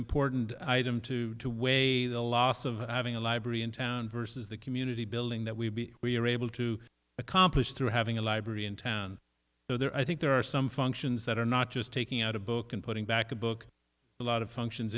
important item to the way the las of having a library in town versus the community building that we were able to accomplish through having a library in town so there i think there are some functions that are not just taking out a book and putting back a book a lot of functions